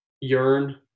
yearn